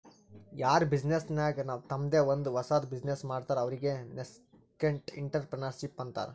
ಯಾರ್ ಬಿಸಿನ್ನೆಸ್ ನಾಗ್ ತಂಮ್ದೆ ಒಂದ್ ಹೊಸದ್ ಬಿಸಿನ್ನೆಸ್ ಮಾಡ್ತಾರ್ ಅವ್ರಿಗೆ ನಸ್ಕೆಂಟ್ಇಂಟರಪ್ರೆನರ್ಶಿಪ್ ಅಂತಾರ್